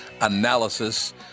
analysis